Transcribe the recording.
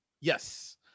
Yes